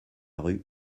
rue